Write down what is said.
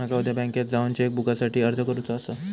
माका उद्या बँकेत जाऊन चेक बुकसाठी अर्ज करुचो आसा